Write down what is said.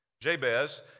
Jabez